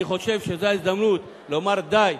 אני חושב שזאת ההזדמנות לומר: די,